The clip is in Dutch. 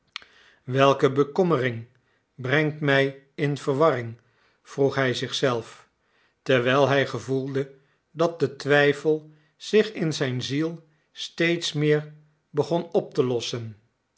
welke bekommering brengt mij in verwarring vroeg hij zich zelf terwijl hij gevoelde dat de twijfel zich in zijn ziel steeds meer begon op te lossen